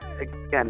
again